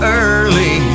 early